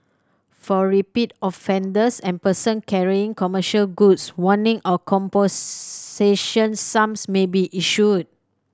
for repeat offenders and person carrying commercial goods warning or composition sums may be issued